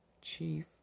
chief